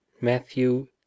Matthew